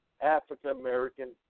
African-American